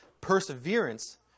perseverance